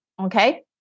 Okay